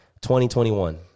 2021